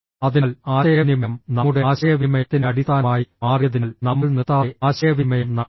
അതിനാൽ ആശയവിനിമയം നമ്മുടെ ആശയവിനിമയത്തിന്റെ അടിസ്ഥാനമായി മാറിയതിനാൽ നമ്മൾ നിർത്താതെ ആശയവിനിമയം നടത്തുന്നു